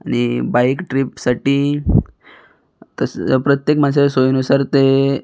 आणि बाईक ट्रीपसाठी तसंच प्रत्येक माणसाच्या सोयीनुसार ते